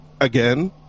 again